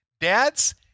Dads